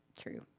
true